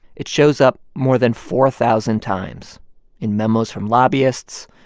it shows up more than four thousand times in memos from lobbyists,